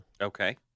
Okay